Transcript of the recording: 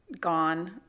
Gone